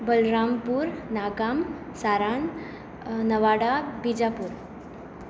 बलरामपूर नागाम सारान नवाडा बिजापूर